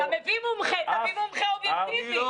אתה מביא מומחה, תביא מומחה אובייקטיבי.